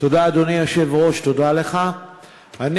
מיקי לוי.